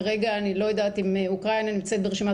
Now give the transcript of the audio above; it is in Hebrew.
כרגע אני לא יודעת אם אוקראינה נמצאת ברשימת